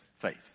faith